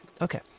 Okay